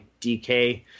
DK